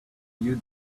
you